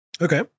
okay